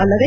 ಅಲ್ಲದೆ